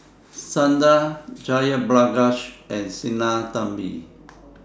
Santha Jayaprakash and Sinnathamby